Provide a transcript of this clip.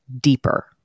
deeper